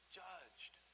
judged